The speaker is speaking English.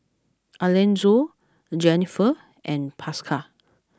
Alanzo Jenniffer and Pascal